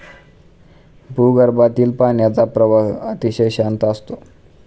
भूगर्भातील पाण्याचा प्रवाह अतिशय शांत असतो